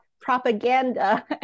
propaganda